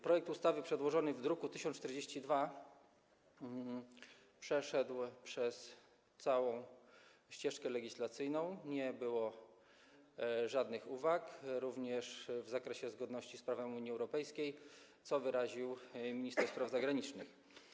Projekt ustawy przedłożony w druku nr 1042 przeszedł całą ścieżkę legislacyjną, nie było żadnych uwag, również w zakresie zgodności z prawem Unii Europejskiej, co wyraził minister spraw zagranicznych.